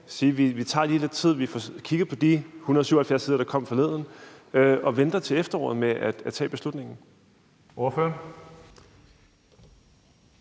lige tager os lidt tid og får kigget på de 177 sider, der kom forleden, og venter til efteråret med at tage beslutningen. Kl.